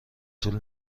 طول